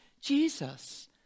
Jesus